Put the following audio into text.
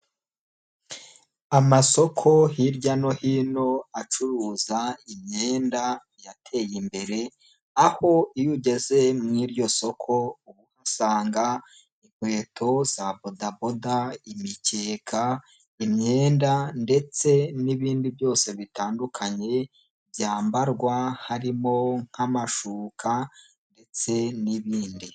Amasoko hirya no hino acuruza imyenda yateye imbere, aho iyo ugeze mu iryo soko uhasanga: inkweto za bodaboda, imikeka, imyenda ndetse n'ibindi byose bitandukanye byambarwa, harimo nk'amashuka ndetse n'ibindi.